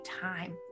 time